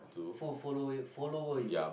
foll~ follow you follower you